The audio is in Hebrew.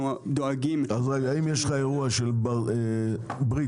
אם יש אירוע של ברית.